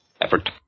effort